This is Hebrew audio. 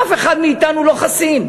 אף אחד מאתנו לא חסין,